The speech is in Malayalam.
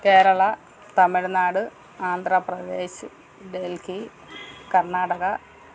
കേരള തമിഴ്നാട് ആന്ധ്രപ്രദേശ് ഡൽഹി കർണാടക